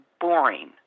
boring